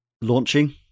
Launching